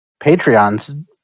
Patreons